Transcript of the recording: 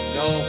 no